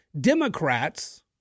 Democrats